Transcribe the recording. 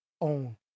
own